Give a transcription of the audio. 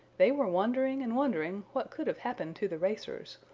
they were wondering and wondering what could have happened to the racers,